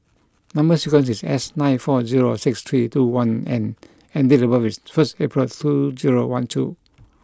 number sequence is S nine four zero six three two one N and date of birth is first April two zero one two